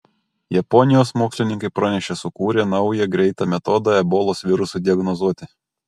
japonijos mokslininkai pranešė sukūrę naują greitą metodą ebolos virusui diagnozuoti